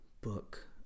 book